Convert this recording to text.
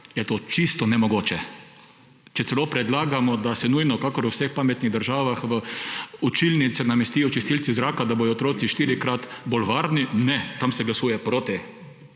je to čisto nemogoče. Če celo predlagamo, da se nujno, kakor v vseh pametnih državah, v učilnice namestijo čistilci zraka, da bojo otroci štirikrat bolj varni; ne, tam se glasuje proti.